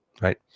right